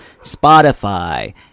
Spotify